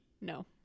No